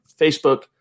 Facebook